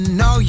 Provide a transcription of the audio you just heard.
no